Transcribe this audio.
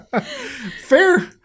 Fair